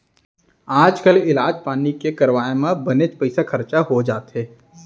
आजकाल इलाज पानी के करवाय म बनेच पइसा खरचा हो जाथे